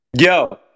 Yo